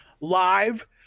live